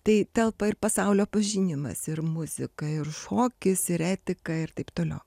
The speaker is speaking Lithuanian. tai telpa ir pasaulio pažinimas ir muzika ir šokis ir etika ir taip toliau